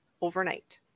overnight